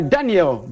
Daniel